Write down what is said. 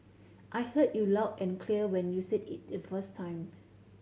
I heard you loud and clear when you said it the first time